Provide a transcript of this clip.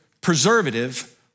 preservative